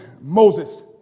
Moses